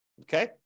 Okay